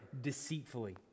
deceitfully